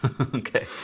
Okay